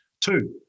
Two